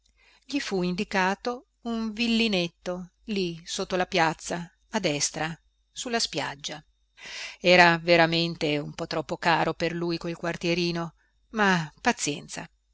gli fu indicato un villinetto lì sotto la piazza a destra su la spiaggia era veramente un po troppo caro per lui quel quartierino ma pazienza